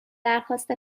درخواست